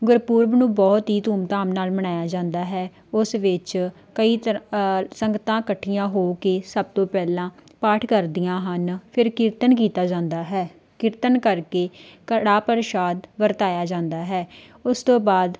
ਗੁਰਪੁਰਬ ਨੂੰ ਬਹੁਤ ਹੀ ਧੂਮ ਧਾਮ ਨਾਲ ਮਨਾਇਆ ਜਾਂਦਾ ਹੈ ਉਸ ਵਿੱਚ ਕਈ ਤਰ ਸੰਗਤਾਂ ਇਕੱਠੀਆਂ ਹੋ ਕੇ ਸਭ ਤੋਂ ਪਹਿਲਾਂ ਪਾਠ ਕਰਦੀਆਂ ਹਨ ਫਿਰ ਕੀਰਤਨ ਕੀਤਾ ਜਾਂਦਾ ਹੈ ਕੀਰਤਨ ਕਰਕੇ ਕੜਾਹ ਪ੍ਰਸ਼ਾਦ ਵਰਤਾਇਆ ਜਾਂਦਾ ਹੈ ਉਸ ਤੋਂ ਬਾਅਦ